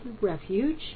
refuge